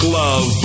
love